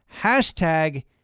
Hashtag